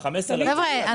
חבר'ה,